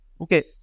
okay